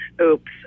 Oops